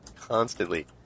constantly